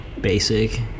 Basic